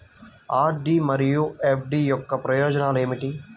RD మరియు FD యొక్క ప్రయోజనాలు ఏమిటి?